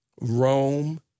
Rome